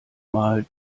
mal